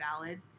valid